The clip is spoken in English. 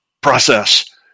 process